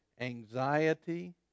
anxiety